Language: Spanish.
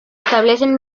establecen